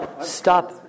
Stop